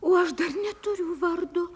o aš dar neturiu vardo